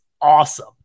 awesome